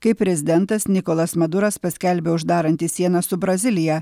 kai prezidentas nikolas maduras paskelbė uždaranti sieną su brazilija